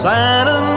Santa